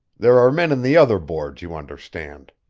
there are men in the other boards, you understand.